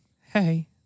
hey